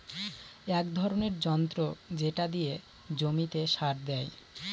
এক ধরনের যন্ত্র যেটা দিয়ে জমিতে সার দেয়